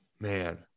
Man